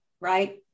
right